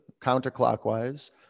counterclockwise